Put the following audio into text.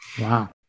wow